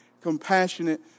compassionate